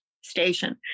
station